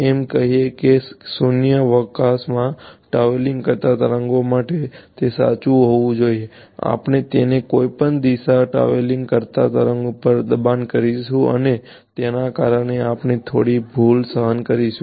એમ કહીએ કે શૂન્યાવકાશમાં ટ્રાવેલિંગ કરતા તરંગ માટે તે સાચું હોવું જોઈએ આપણે તેને કોઈપણ દિશામાં ટ્રાવેલિંગ કરતા તરંગ પર દબાણ કરીશું અને તેના કારણે આપણે થોડી ભૂલ સહન કરીશું